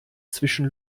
zwischen